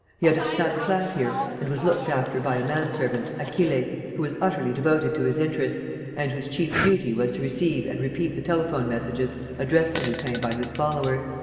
he had a snug flat here and was looked after by a manservant, achille, who was utterly devoted to his interests and whose chief duty was to receive and repeat the telephone-messages addressed to lupin by his followers.